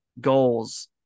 goals